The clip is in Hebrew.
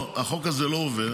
והחוק הזה לא עובר,